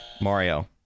Mario